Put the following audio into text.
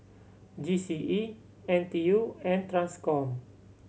G C E N T U and Transcom